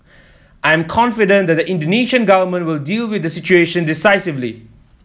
I'm confident the Indonesian Government will deal with the situation decisively